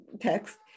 text